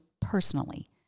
personally